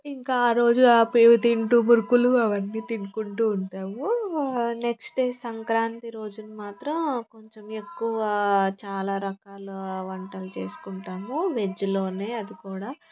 ఇంకా ఆ రోజు ఆపిల్లు తింటు మురుకులు అవన్నీ తినుకుంటు ఉంటాము నెక్స్ట్ డే సంక్రాంతి రోజున మాత్రం కొంచెం ఎక్కువ చాలా రకాల వంటలు చేసుకుంటాము వెజ్లో అది కూడా